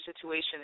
situation